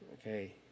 Okay